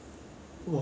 tau huey zui